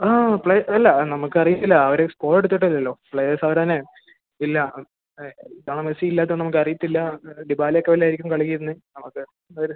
ആ അല്ല നമുക്ക് അറിയത്തില്ല അവർ സ്കോട് എടുത്തിട്ടില്ലല്ലോ പ്ലയേഴ്സ് അവർ തന്നെയാ ഇല്ല കാരണം മെസ്സി ഇല്ലാത്തതുകൊണ്ട് നമുക്ക് അറിയത്തില്ല ഡിബാലേ ഒക്കെ വല്ലതും ആയിരിക്കും കളി തീരുന്നത് അവര്